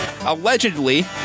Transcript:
allegedly